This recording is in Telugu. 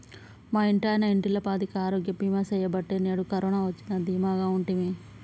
మా ఇంటాయన ఇంటిల్లపాదికి ఆరోగ్య బీమా సెయ్యబట్టే నేడు కరోన వచ్చినా దీమాగుంటిమి